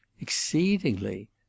Exceedingly